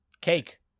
cake